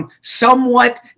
Somewhat